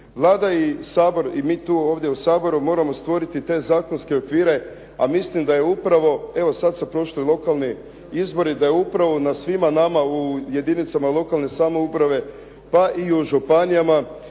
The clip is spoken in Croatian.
Vlada i Sabor, i mi tu ovdje u Saboru moramo stvoriti te zakonske okvire a mislim da je upravo, evo sad su prošli lokalni izbori, da je upravo na svima nama u jedinicama lokalne samouprave pa i u županijama